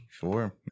four